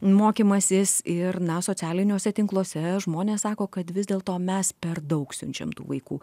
mokymasis ir na socialiniuose tinkluose žmonės sako kad vis dėl to mes per daug siunčiam tų vaikų